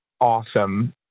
awesome